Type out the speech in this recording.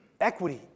equity